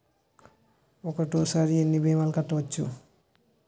ఒక్కటేసరి ఎన్ని భీమాలు కట్టవచ్చు?